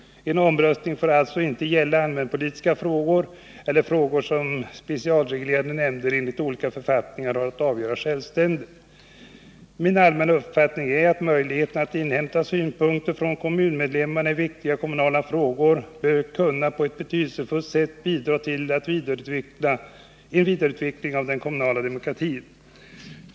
En omröstning får alltså inte gälla allmänpolitiska frågor eller frågor som specialreglerade nämnder enligt olika författningar har att avgöra självständigt. Min allmänna uppfattning är att möjligheterna att inhämta synpunkter från kommunmedlemmarna i viktiga kommunala frågor på ett betydelsefullt sätt bör kunna bidra till vidareutvecklingen av den kommunala demokratin.